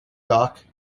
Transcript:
doc